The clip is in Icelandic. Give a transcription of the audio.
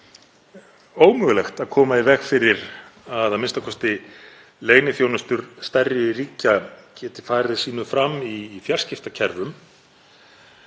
ómögulegt að koma í veg fyrir að leyniþjónustur stærri ríkja geti farið sínu fram í fjarskiptakerfum